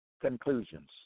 conclusions